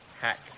hack